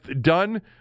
done